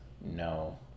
No